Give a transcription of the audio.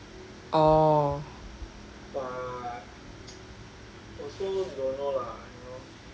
orh